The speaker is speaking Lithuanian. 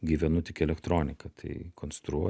gyvenu tik elektronika tai konstruo